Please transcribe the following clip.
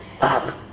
Up